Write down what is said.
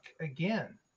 again